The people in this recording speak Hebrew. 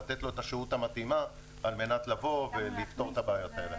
לתת לו את השהות המתאימה על מנת לבוא ולפתור את הבעיות האלה.